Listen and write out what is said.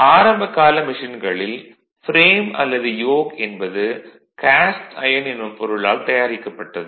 ஆரம்பகால மெஷின்களில் ஃப்ரேம் அல்லது யோக் என்பது காஸ்ட் ஐயன் எனும் பொருளால் தயாரிக்கப்பட்டது